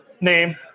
name